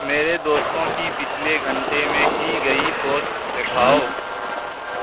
میرے دوستوں کی پچھلے گھنٹے میں کی گئی پوسٹ دکھاؤ